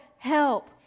Help